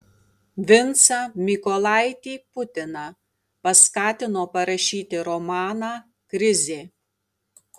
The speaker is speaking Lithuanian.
vincą mykolaitį putiną paskatino parašyti romaną krizė